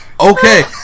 okay